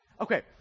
Okay